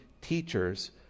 teachers